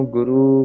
Guru